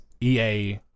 EA